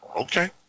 Okay